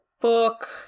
book